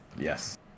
Yes